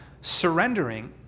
Surrendering